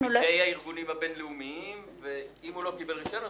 אם הוא לא קיבל רישיון,